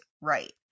right